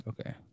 Okay